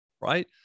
right